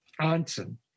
Anson